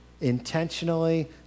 intentionally